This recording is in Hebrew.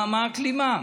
מה הכלימה?